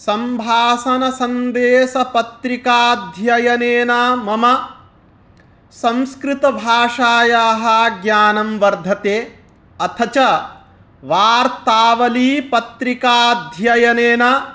सम्भासणसन्देशपत्रिकाध्ययनेन मम संस्कृतभाषायाः ज्ञानं वर्धते अथ च वार्तावलीपत्रिकाध्ययनेन